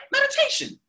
Meditation